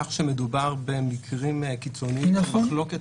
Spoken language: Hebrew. כך שמדובר במקרים קיצוניים של מחלוקת